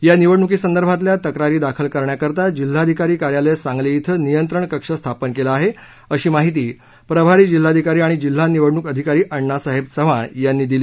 या निवडणूकीसंदर्भातील तक्रार दाखल करण्याकरिता जिल्हाधिकारी कार्यालय सांगली इथं नियंत्रण कक्ष स्थापन करण्यात आला आहे अशी माहिती प्रभारी जिल्हाधिकारी आणि जिल्हा निवडणूक अधिकारी अण्णासाहेब चव्हाण यांनी दिली